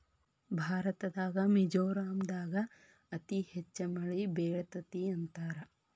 ಭಾರತದಾಗ ಮಿಜೋರಾಂ ದಾಗ ಅತಿ ಹೆಚ್ಚ ಮಳಿ ಬೇಳತತಿ ಅಂತಾರ